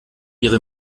ihre